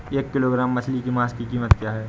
एक किलोग्राम मछली के मांस की कीमत क्या है?